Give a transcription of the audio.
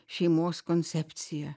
šeimos koncepciją